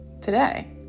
today